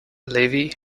levi